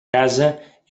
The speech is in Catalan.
casa